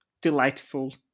Delightful